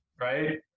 right